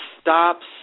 stops